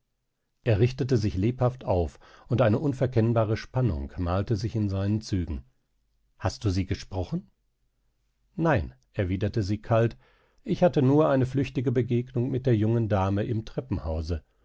er richtete sich lebhaft auf und eine unverkennbare spannung malte sich in seinen zügen hast du sie gesprochen nein erwiderte sie kalt ich hatte nur eine flüchtige begegnung mit der jungen dame im treppenhause